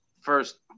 first